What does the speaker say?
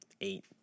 eight